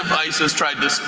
isis tried to